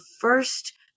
first